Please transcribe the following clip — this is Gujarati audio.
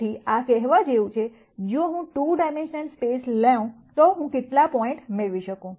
તેથી આ કહેવા જેવું છે જો હું 2 ડાઈમેન્શન સ્પેસ લેઉં તો હું કેટલા પોઇન્ટ મેળવી શકું